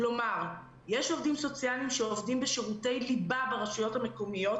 כלומר יש עובדים סוציאליים שעובדים בשירותי ליבה ברשויות המקומיות,